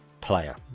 player